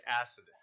acid